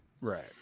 Right